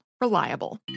reliable